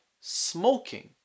smoking